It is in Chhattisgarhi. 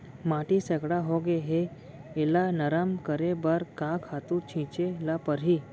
माटी सैकड़ा होगे है एला नरम करे बर का खातू छिंचे ल परहि?